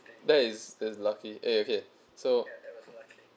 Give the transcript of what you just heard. that is it's lucky eh okay so